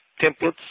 templates